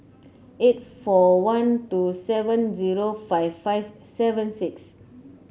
eight four one two seven zero five five seven six